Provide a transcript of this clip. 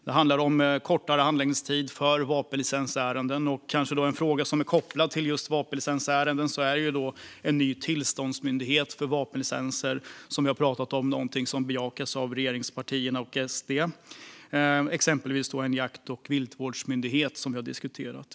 Det handlar till exempel om kortare handläggningstider för vapenlicensärenden och en ny tillståndsmyndighet för vapenlicenser. Vi har också exempelvis diskuterat en jakt och viltvårdsmyndighet.